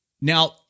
Now